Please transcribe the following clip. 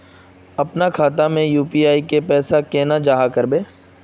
अपना खाता में यू.पी.आई के पैसा केना जाहा करबे?